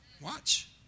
Watch